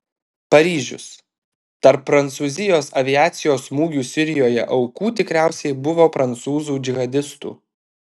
paryžius tarp prancūzijos aviacijos smūgių sirijoje aukų tikriausiai buvo prancūzų džihadistų